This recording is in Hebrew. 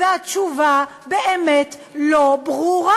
והתשובה באמת לא ברורה.